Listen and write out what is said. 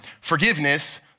Forgiveness